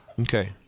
Okay